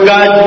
God